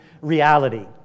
reality